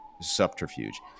subterfuge